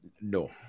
no